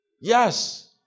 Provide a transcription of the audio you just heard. Yes